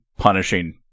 Punishing